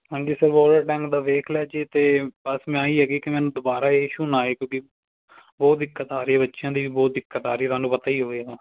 ਹਾਂਜੀ ਸਰ ਦਾ ਵੇਖ ਲਿਆ ਜੀ ਅਤੇ ਬਸ ਮੈਂ ਹੀ ਹੈਗੀ ਕਿ ਮੈਨੂੰ ਦੁਬਾਰਾ ਇਸ਼ੂ ਨਾ ਆਏ ਕਿਉਂਕਿ ਉਹ ਦਿੱਕਤ ਆ ਰਹੀ ਬੱਚਿਆਂ ਦੀ ਵੀ ਬਹੁਤ ਦਿੱਕਤ ਆ ਰਹੀ ਤੁਹਾਨੂੰ ਪਤਾ ਹੀ ਹੋਵੇ